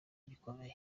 gikomeye